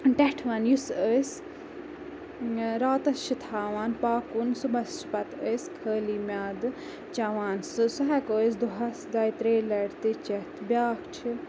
ٹٮ۪ٹھوَن یُس أسۍ راتَس چھِ تھاوان پاکٕوُن صُبحَس چھِ پَتہٕ أسۍ خٲلی میٛادٕ چٮ۪وان سُہ سُہ ہٮ۪کو أسۍ دۄہَس دۄیہِ ترٛیٚیہِ لَٹہِ تہِ چٮ۪تھ بیٛاکھ چھِ